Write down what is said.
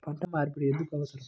పంట మార్పిడి ఎందుకు అవసరం?